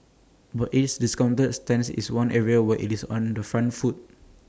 but its discounting stance is one area where IT is on the front foot